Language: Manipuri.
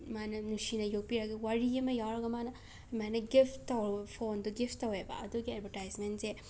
ꯃꯥꯅ ꯅꯨꯡꯁꯤꯅ ꯌꯣꯛꯄꯤꯔꯒ ꯋꯥꯔꯤ ꯑꯃ ꯌꯥꯎꯔꯒ ꯃꯥꯅ ꯑꯗꯨꯃꯥꯏꯅ ꯒꯤꯐ ꯇꯧꯔ ꯐꯣꯟꯗꯣ ꯒꯤꯐ ꯇꯧꯋꯦꯕ ꯑꯗꯨꯒꯤ ꯑꯦꯗꯕꯔꯇꯥꯏꯁꯃꯦꯟꯁꯦ